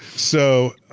so,